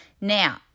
Now